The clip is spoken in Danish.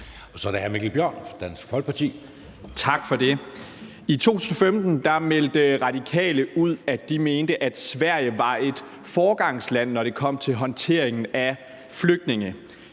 Kl. 19:14 Mikkel Bjørn (DF): Tak for det. I 2015 meldte Radikale ud, at de mente, at Sverige var et foregangsland, når det kom til håndteringen af flygtninge.